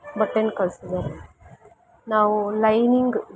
ಬಟ್ಟೆ ಕಳಿಸಿದಾರೆ ನಾವು ಲೈನಿಂಗ್